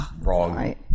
Wrong